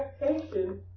expectation